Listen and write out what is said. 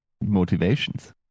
motivations